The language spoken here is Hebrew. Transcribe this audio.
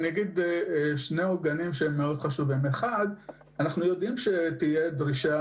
ישנם שני עוגנים חשובים: אנחנו יודעים שתהיה דרישה